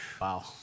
Wow